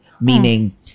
meaning